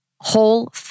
Whole